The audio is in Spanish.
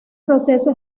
proceso